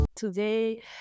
Today